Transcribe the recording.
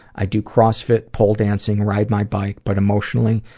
i do crossfit, pole dancing, ride my bike. but emotionally,